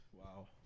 Wow